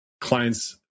clients